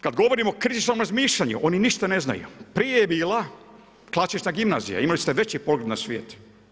Kad govorimo o kriznom razmišljanju, oni ništa ne znaju, prije bila klasična gimnazija, imali ste veći pogled na svijet.